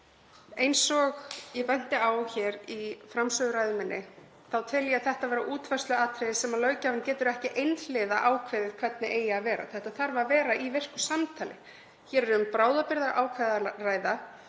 Eins og ég benti á í framsöguræðu minni þá tel ég þetta vera útfærsluatriði sem löggjafinn getur ekki einhliða ákveðið hvernig eigi að vera. Þetta þarf að vera í virku samtali. Hér er um bráðabirgðaákvæði